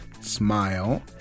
smile